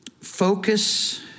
focus